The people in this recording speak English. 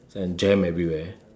and jam everywhere